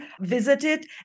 visited